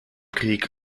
krieg